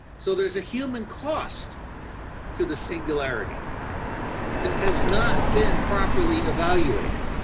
so, there is a human cost to the singularity that has not been properly evaluated.